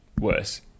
worse